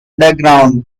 underground